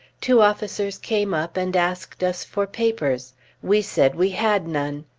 two officers came up and asked us for papers we said we had none.